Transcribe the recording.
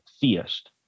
theist